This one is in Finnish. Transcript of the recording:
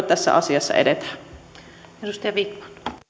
tässä asiassa edetään